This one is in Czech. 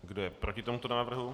Kdo je proti tomuto návrhu?